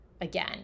again